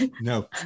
no